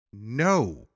No